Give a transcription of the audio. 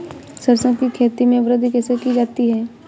सरसो की खेती में वृद्धि कैसे की जाती है?